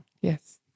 Yes